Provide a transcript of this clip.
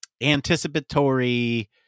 anticipatory